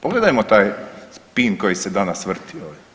Pogledajmo taj pin koji se danas vrti.